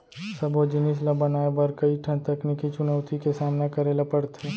सबो जिनिस ल बनाए बर कइ ठन तकनीकी चुनउती के सामना करे ल परथे